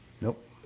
Nope